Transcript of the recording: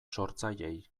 sortzaileei